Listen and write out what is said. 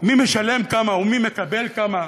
מי משלם כמה ומי מקבל כמה.